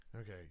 okay